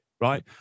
right